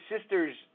sister's